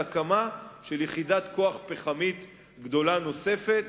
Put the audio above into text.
הקמה של יחידת כוח פחמית גדולה נוספת,